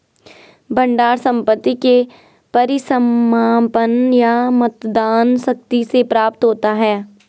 भंडार संपत्ति के परिसमापन या मतदान शक्ति से प्राप्त होता है